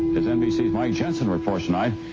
as nbc's mike jensen reports tonight,